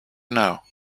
know